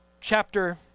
chapter